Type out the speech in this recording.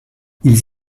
ils